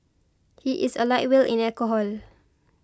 he is a lightweight in alcohol